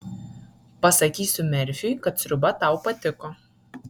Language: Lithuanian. pasakysiu merfiui kad sriuba tau patiko